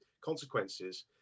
consequences